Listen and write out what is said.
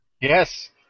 Yes